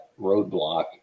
roadblock